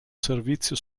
servizio